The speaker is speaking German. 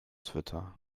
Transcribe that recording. twitter